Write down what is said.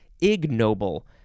ignoble